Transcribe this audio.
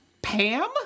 Pam